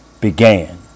began